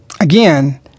Again